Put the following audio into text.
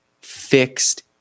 fixed